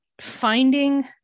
finding